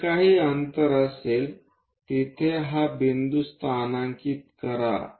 जे काहि अंतर असेल तिथे हा बिंदू स्थानांकित करा